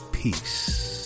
Peace